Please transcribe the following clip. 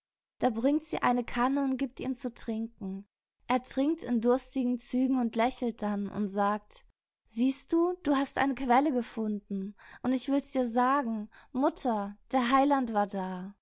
da bringt sie eine kanne und gibt ihm zu trinken er trinkt in durstigen zügen und lächelt dann und sagt siehst du du hast eine quelle gefunden und ich will dir's sagen mutter der heiland war da